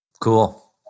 Cool